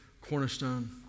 cornerstone